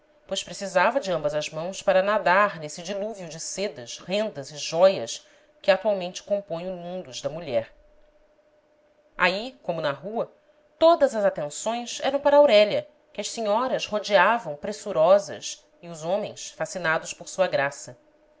pois precisava de ambas as mãos para nadar nesse dilúvio de sedas rendas e jóias que atualmente compõe o mundus da mulher aí como na rua todas as atenções eram para aurélia que as senhoras rodeavam pressurosas e os homens fascinados por sua graça